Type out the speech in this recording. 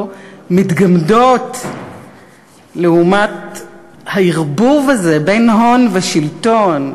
מתגמדות לעומת הערבוב הזה בין הון ושלטון,